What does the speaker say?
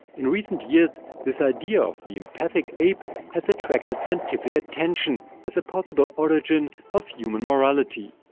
in recent years this idea of the empathic ape has attracted scientific attention as a possible origin of human morality.